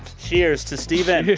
cheers to stephen